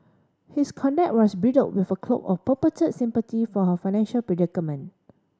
his conduct was bridled with a cloak of purported sympathy for her financial predicament